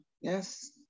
Yes